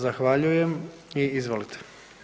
Zahvaljujem i izvolite.